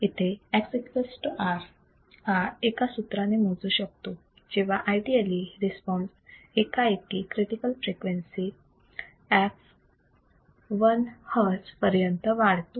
इथे x equals to R हा एका सूत्राने मोजू शकतो जेव्हा आयडीअली रिस्पॉन्स एकाएकी critical frequency f l hz पर्यंत वाढतो